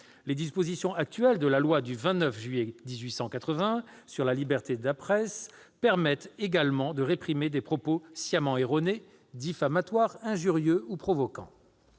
Les dispositions actuelles de la loi du 29 juillet 1881 sur la liberté de la presse permettent également de réprimer des propos sciemment erronés, diffamatoires, injurieux ou provocants.